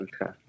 Okay